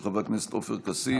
של חבר הכנסת עופר כסיף.